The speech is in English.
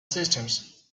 systems